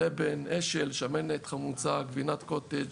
לבן, אשל, שמנת חמוצה, גבינת קוטג',